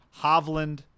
Hovland